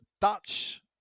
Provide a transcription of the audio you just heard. Dutch